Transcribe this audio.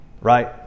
right